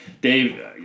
Dave